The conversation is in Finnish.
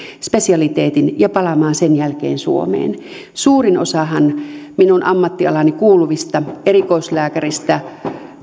spesialiteetin ja palaamaan sen jälkeen suomeen suurin osahan minun ammattialaani kuuluvista erikoislääkäreistä